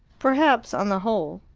perhaps, on the whole,